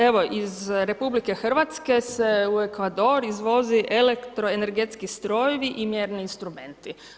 Evo iz RH se u Ekvador izvozi elektroenergetski strojevi i mjerni instrumenti.